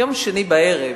יום שני בערב,